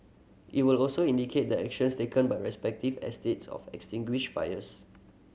it will also indicate the actions taken by respective estates of extinguish fires